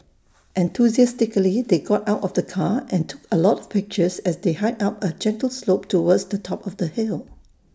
enthusiastically they got out of the car and took A lot of pictures as they hiked up A gentle slope towards the top of the hill